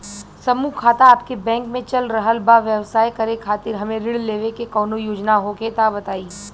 समूह खाता आपके बैंक मे चल रहल बा ब्यवसाय करे खातिर हमे ऋण लेवे के कौनो योजना होखे त बताई?